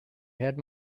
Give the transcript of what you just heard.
had